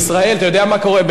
בישראל, אתה יודע מה קורה?